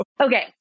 Okay